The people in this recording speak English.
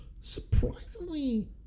Surprisingly